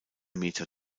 meter